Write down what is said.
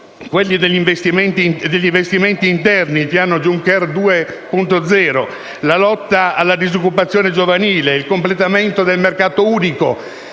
quelli degli investimenti interni (il cosiddetto piano Juncker 2.0), della lotta alla disoccupazione giovanile e del completamento del mercato unico.